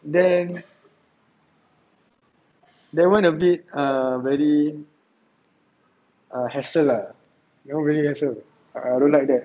then that [one] a bit err very err hassle lah that [one] really hassle so I don't like that